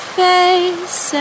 face